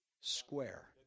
Square